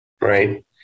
Right